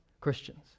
Christians